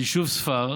ליישוב ספר,